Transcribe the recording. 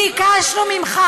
ביקשנו ממך: